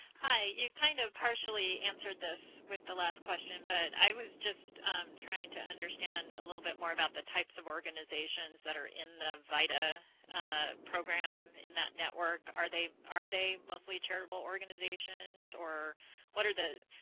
hi, you kind of partially answered this with the last question but i was just trying to understand a little bit more about the types of organizations that are in the vita program, in that network. are they are they mostly charitable organizations or what are the,